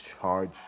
charge